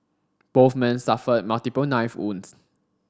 both men suffered multiple knife wounds